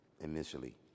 initially